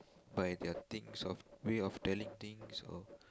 by the things of way of telling things or